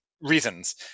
reasons